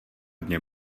dně